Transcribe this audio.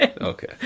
Okay